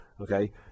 okay